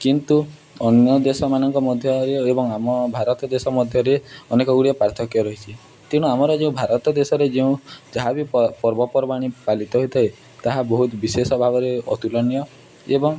କିନ୍ତୁ ଅନ୍ୟ ଦେଶମାନଙ୍କ ମଧ୍ୟରେ ଏବଂ ଆମ ଭାରତ ଦେଶ ମଧ୍ୟରେ ଅନେକ ଗୁଡ଼ିଏ ପାର୍ଥକ୍ୟ ରହିଛି ତେଣୁ ଆମର ଯେଉଁ ଭାରତ ଦେଶରେ ଯେଉଁ ଯାହା ବିି ପର୍ବପର୍ବାଣି ପାଲିତ ହୋଇଥାଏ ତାହା ବହୁତ ବିଶେଷ ଭାବରେ ଅତୁଲନୀୟ ଏବଂ